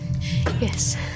Yes